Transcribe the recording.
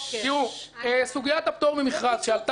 סוגיית הפטור ממכרז שעלתה כאן,